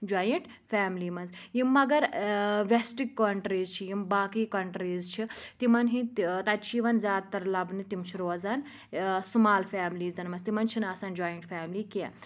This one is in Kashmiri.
جویِنٛٹ فیملی مَنٛز یِم مَگَر ویٚسٹ کَنٚٹریٖز چھِ یِم باقٕے کَنٹریٖز چھِ تِمَن ہِنٛدۍ تَتہِ چھِ یِوان زیادٕ تَر لَبنہٕ تِم چھِ روزان سُمال فیملیٖزَن مَنٛز تِمَن چھِنہٕ آسان جویِنٛٹ فیملی کینٛہہ